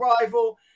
rival